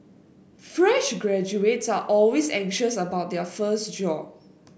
fresh graduates are always anxious about their first job